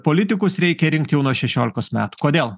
politikus reikia rinkt jau nuo šešiolikos metų kodėl